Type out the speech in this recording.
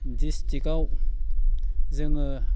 डिस्ट्रिकाव जोङो